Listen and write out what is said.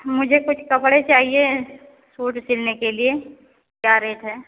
मुझे कुछ कपड़े चाहिए सूट सिलने के लिए क्या रेट है